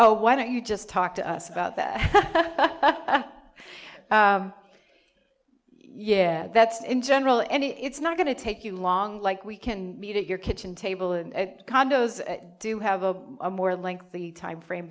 oh why don't you just talk to us about that yeah that's in general any it's not going to take you long like we can meet at your kitchen table and condos do have a more lengthy time frame